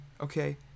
okay